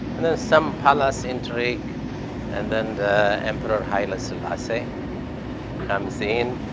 and then some palace intrigue and then the emperor haile selassie comes in.